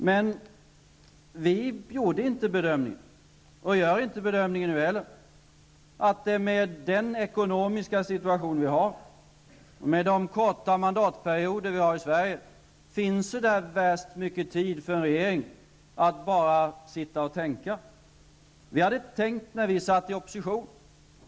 Men vi gjorde inte bedömningen och gör inte bedömningen nu heller att det med den ekonomiska situation vi har -- och med de korta mandatperioder vi har i Sverige -- finns så särskilt mycket tid för en regering att bara sitta och tänka. Vi hade tänkt när vi satt i opposition.